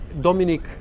Dominic